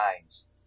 times